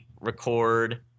record